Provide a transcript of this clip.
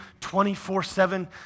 24-7